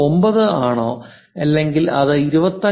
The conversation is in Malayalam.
99 ആണോ അല്ലെങ്കിൽ ഇത് 25